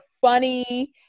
funny